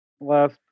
last